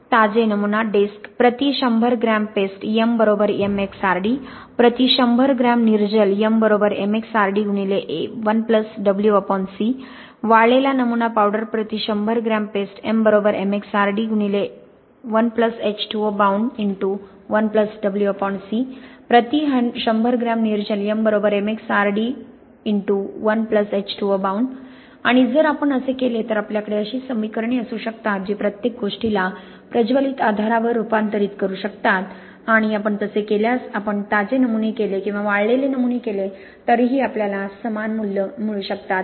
ताजे नमुना डिस्क प्रति 100 ग्रॅम पेस्ट m mXRD प्रति 100 ग्रॅम निर्जल m mXRD 1wc वाळलेला नमुना पावडर प्रति 100 gram paste m mXRD 1H2Obound 1wc प्रति 100 ग्रॅम निर्जल mmXRD 1H2Obound आणि जर आपण असे केले तर आपल्याकडे अशी समीकरणे असू शकतात जी प्रत्येक गोष्टीला प्रज्वलित आधारावर रूपांतरित करू शकतात आणि आपण तसे केल्यास आपण ताजे नमुने केले किंवा वाळलेले नमुने केले तरीही आपल्याला समान मूल्ये मिळू शकतात